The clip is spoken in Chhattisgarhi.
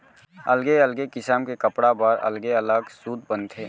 अलगे अलगे किसम के कपड़ा बर अलगे अलग सूत बनथे